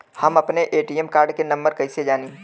हम अपने ATM card के नंबर कइसे जानी?